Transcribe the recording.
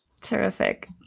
Terrific